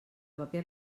paper